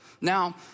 now